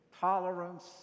tolerance